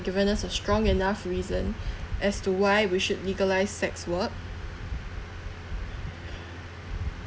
given us a strong enough reason as to why we should legalise sex work